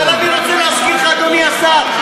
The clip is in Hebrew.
אני רוצה להזכיר לך, אדוני השר.